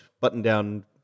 button-down